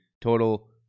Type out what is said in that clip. total